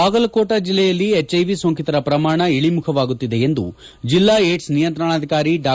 ಬಾಗಲಕೋಟೆ ಜಿಲ್ಲೆಯಲ್ಲಿ ಎಚ್ಐವಿ ಸೋಂಕಿತರ ಪ್ರಮಾಣ ಇಳಿಮುಖವಾಗುತ್ತಿದೆ ಎಂದು ಜಿಲ್ಲಾ ಏಡ್ಸ್ ನಿಯಂತ್ರಣಾಧಿಕಾರಿ ಡಾ